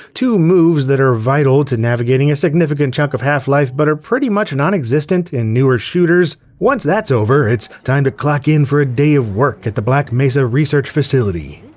two moves that are vital to navigating a significant chunk of half-life but are pretty much non-existent in newer shooters. once that's over, it's time to clock in for a day of work at the black mesa research facility.